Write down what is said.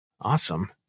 Awesome